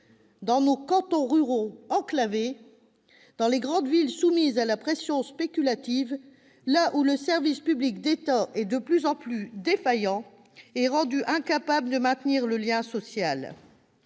dans nos cantons ruraux enclavés et dans les grandes villes soumises à la pression spéculative, là où le service public d'État est de plus en plus défaillant et rendu incapable de maintenir le lien social.